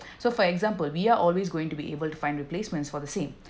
so for example we are always going to be able to find replacements for the same